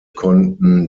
konnten